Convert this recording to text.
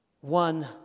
one